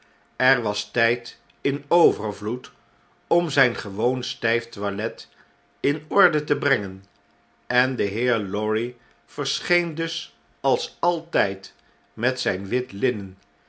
er was tyd in overvloed om zyn gewoon styf toilet in orde te brengen en de heer lorry verscheen dus als altyd met zijn wit linnen